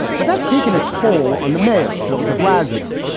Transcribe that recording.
but that's taken a toll on the mayor, bill de blasio.